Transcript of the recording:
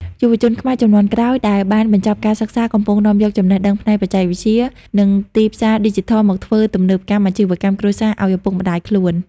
យុវជនខ្មែរជំនាន់ក្រោយដែលបានបញ្ចប់ការសិក្សា កំពុងនាំយកចំណេះដឹងផ្នែកបច្ចេកវិទ្យា និងទីផ្សារឌីជីថលមកធ្វើទំនើបកម្មអាជីវកម្មគ្រួសាររបស់ឪពុកម្ដាយខ្លួន។